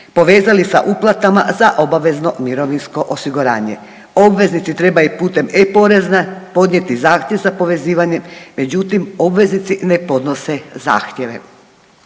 povezali sa uplatama za obavezno mirovinsko osiguranje. Obveznici trebaju putem e-Porezne podnijeti zahtjev za povezivanjem, međutim, obveznici ne podnose zahtjeve.